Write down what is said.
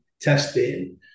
testing